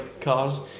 cars